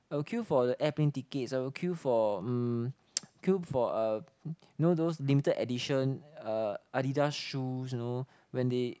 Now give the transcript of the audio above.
I will queue for the airplane tickets I will queue for mm queue for uh you know those limited edition Adidas shoes you know when they